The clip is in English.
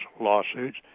lawsuits